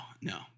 no